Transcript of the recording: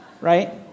right